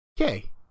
Okay